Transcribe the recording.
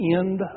end